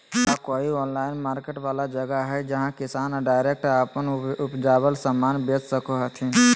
का कोई online market वाला जगह हइ जहां किसान डायरेक्ट अप्पन उपजावल समान बेच सको हथीन?